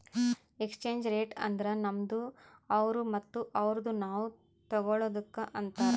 exchange rate ಅಂದುರ್ ನಮ್ದು ಅವ್ರು ಮತ್ತ ಅವ್ರುದು ನಾವ್ ತಗೊಳದುಕ್ ಅಂತಾರ್